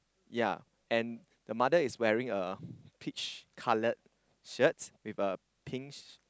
ya and the mother is wearing a peach coloured shirt with a pink